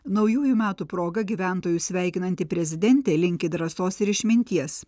naujųjų metų proga gyventojus sveikinanti prezidentė linki drąsos ir išminties